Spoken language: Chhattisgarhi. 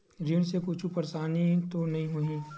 ऋण से कुछु परेशानी तो नहीं होही?